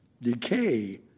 Decay